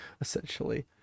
essentially